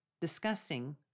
Discussing